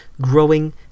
growing